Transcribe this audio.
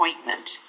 appointment